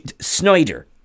Snyder